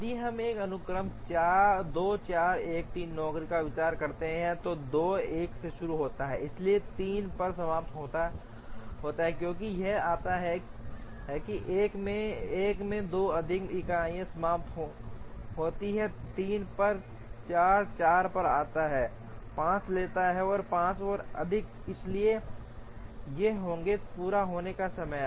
यदि हम एक अनुक्रम 2 4 1 3 नौकरी पर विचार करते हैं तो 2 1 से शुरू होता है इसलिए 3 पर समाप्त होता है क्योंकि यह आता है 1 में 2 अधिक इकाइयाँ समाप्त होती हैं 3 पर 4 4 पर आता है 5 लेता है 5 और अधिक इकाईयों पर 10 1 पर समाप्त होता है 0 पर उपलब्ध है तो 10 प्लस 4 14 3 14 प्लस 6 20 पर उपलब्ध है इसलिए ये होंगे पूरा होने का समय